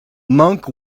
monk